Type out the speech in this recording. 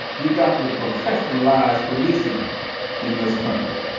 we've got to professionalize policing in this country.